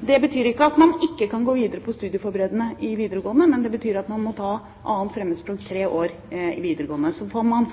Det betyr ikke at man ikke kan gå videre på studieforberedende i videregående, men det betyr at man må ta 2. fremmedspråk tre år i videregående, så man